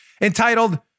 entitled